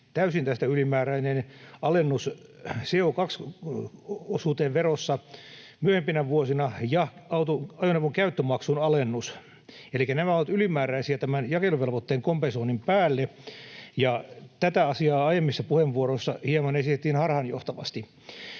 tästä täysin ylimääräinen alennus verossa CO2-osuuteen myöhempinä vuosina ja ajoneuvon käyttömaksun alennus. Elikkä nämä ovat ylimääräisiä tämän jakeluvelvoitteen kompensoinnin päälle. Tätä asiaa aiemmissa puheenvuoroissa esitettiin hieman harhaanjohtavasti.